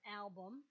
album